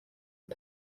are